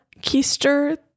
keister